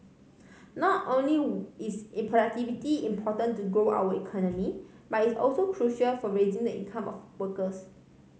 not only is E productivity important to grow our economy but it's also crucial for raising the income of workers